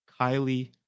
Kylie